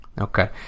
Okay